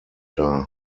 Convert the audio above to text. dar